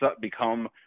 become